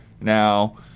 now